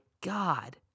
God